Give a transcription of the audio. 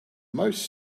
most